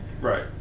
Right